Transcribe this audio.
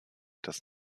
das